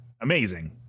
amazing